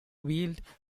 wield